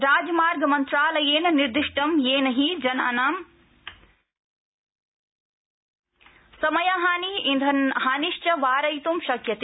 राजमार्गमन्त्रालयेन निर्दिष्टम् येन हि जनानां समयहानि इंधनहानिश्च वारयित् शक्यते